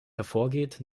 hervorgeht